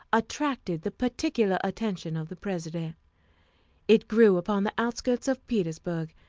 attracted the particular attention of the president it grew upon the outskirts of petersburg,